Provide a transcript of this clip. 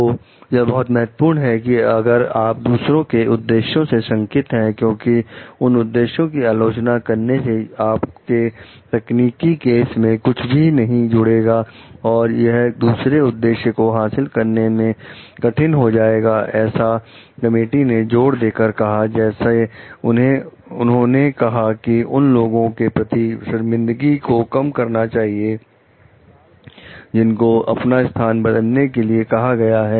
तो यह बहुत महत्वपूर्ण है कि अगर आप दूसरे के उद्देश्यों से संकेत हैं क्योंकि उन उद्देश्यों की आलोचना करने से आपके तकनीकी केस में कुछ भी नहीं जुड़ेगा और यह दूसरे उद्देश्यों को हासिल करने में कठिन हो जाएगा ऐसा कमेटी ने जोर देकर कहा जैसे उन्होंने कहा कि उन लोगों के प्रति शर्मिंदगी को कम करना चाहिए जिनको अपना स्थान बदलने के लिए कहा गया है